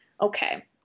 okay